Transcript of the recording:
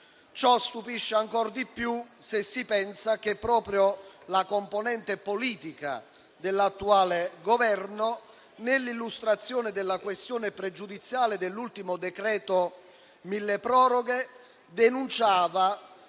ciò stupisce ancora di più se si pensa che proprio la componente politica dell'attuale Governo, nell'illustrazione della questione pregiudiziale dell'ultimo decreto «milleproroghe», denunciava